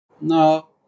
No